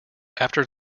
after